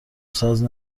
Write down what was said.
ساز